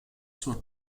zur